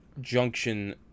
junction